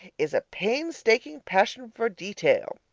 is a painstaking passion for detail